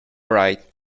right